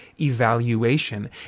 evaluation